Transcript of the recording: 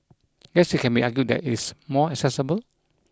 guess it can be argued that it's more accessible